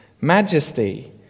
majesty